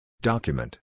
Document